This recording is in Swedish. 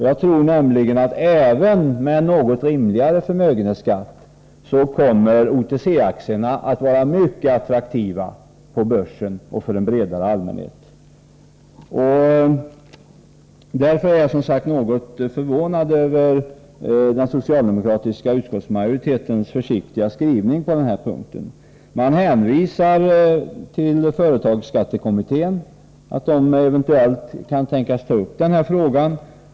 Jag tror nämligen att OTC-aktierna även med något rimligare förmögenhetsskatt kommer att vara mycket attraktiva på börsen också för en bredare allmänhet. Därför är jag som sagt något förvånad över den socialdemokratiska utskottsmajoritetens försiktiga skrivning på den här punkten. Utskottet hänvisar till att företagsskattekommittén eventuellt kan tänkas ta upp frågan.